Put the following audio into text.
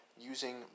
using